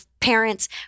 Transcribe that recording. parents